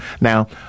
Now